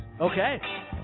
Okay